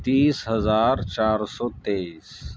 تیس ہزار چار سو تیئیس